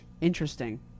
Interesting